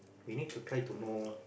we need to try to know